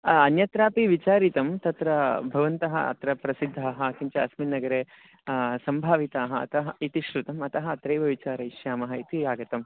अन्यत्रापि विचारितं तत्र भवन्तः अत्र प्रसिद्धाः किञ्च अस्मिन् नगरे सम्भाविताः अतः इति श्रुतम् अतः अत्रैव विचारयिष्यामः इति आगतम्